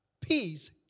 Peace